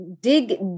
dig